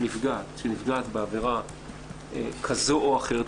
נפגעת שנפגעת בעבירה כזו או אחרת,